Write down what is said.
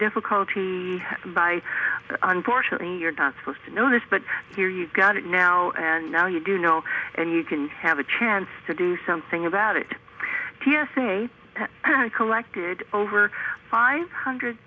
difficulty by unfortunately you're not supposed to know this but here you've got it now and now you do know and you can have a chance to do something about it t s a collected over five hundred